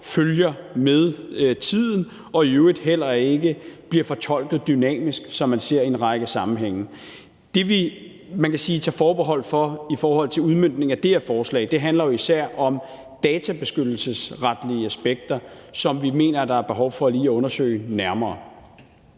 følger med tiden og i øvrigt heller ikke bliver fortolket dynamisk, som man ser det i en række sammenhænge. Det, vi tager forbehold for, kan man sige, i forhold til udmøntningen af det her forslag, er især det, der handler om databeskyttelsesretlige aspekter, som vi mener at der er behov for lige at undersøge nærmere.